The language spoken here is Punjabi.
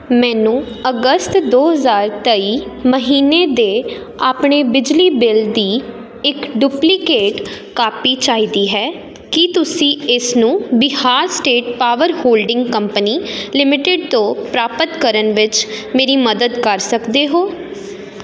ਮੈਨੂੰ ਅਗਸਤ ਦੋ ਹਜ਼ਾਰ ਤੇਈ ਮਹੀਨੇ ਦੇ ਆਪਣੇ ਬਿਜਲੀ ਬਿੱਲ ਦੀ ਇੱਕ ਡੁਪਲੀਕੇਟ ਕਾਪੀ ਚਾਹੀਦੀ ਹੈ ਕੀ ਤੁਸੀਂ ਇਸ ਨੂੰ Bihar state power holding company limited ਤੋਂ ਪ੍ਰਾਪਤ ਕਰਨ ਵਿੱਚ ਮੇਰੀ ਮਦਦ ਕਰ ਸਕਦੇ ਹੋ